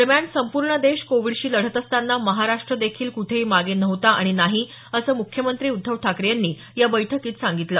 दरम्यान संपूर्ण देश कोविडशी लढत असताना महाराष्ट्र देखील कुठेही मागे नव्हता आणि नाही असं मुख्यमंत्री उद्धव ठाकरे यांनी या बैठकीत सांगितलं